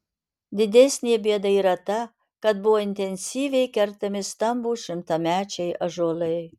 didesnė bėda yra ta kad buvo intensyviai kertami stambūs šimtamečiai ąžuolai